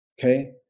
Okay